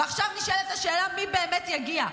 ועכשיו נשאלת השאלה מי באמת יגיע.